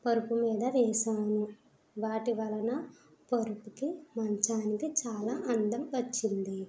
పరుపు మీద వేసాను వాటి వలన పరుపుకి మంచానికి చాలా అందం వచ్చింది